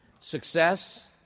Success